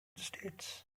states